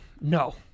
No